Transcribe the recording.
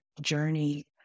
journey